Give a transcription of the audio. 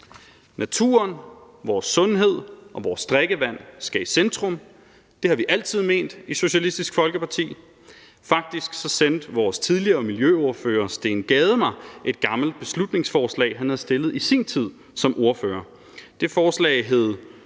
Naturen, vores sundhed og vores drikkevand skal i centrum, og det har vi altid ment i Socialistisk Folkeparti. Faktisk sendte vores tidligere miljøordfører Steen Gade mig et gammelt beslutningsforslag, han havde stillet i sin tid som ordfører. Det forslag hed